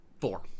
Four